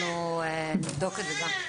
נבדוק את זה.